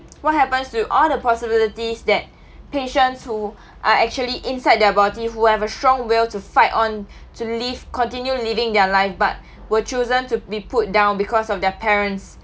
what happens to all the possibilities that patients who are actually inside their body who have a strong will to fight on to leave continue living their live but were chosen to be put down because of their parents